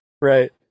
right